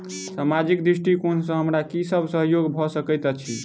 सामाजिक दृष्टिकोण सँ हमरा की सब सहयोग भऽ सकैत अछि?